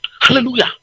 Hallelujah